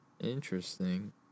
interesting